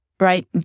Right